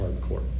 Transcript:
hardcore